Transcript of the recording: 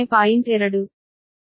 2